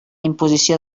imposició